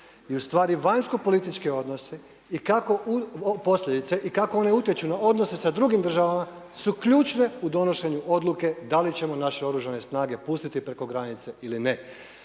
I ustvari vanjskopolitički odnosi i kako, posljedice i kako one utječu na odnose sa drugim državama su ključne u donošenju odluke da li ćemo naše Oružane snage pustiti preko granice ili ne.